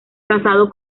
casado